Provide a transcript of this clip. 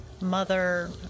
mother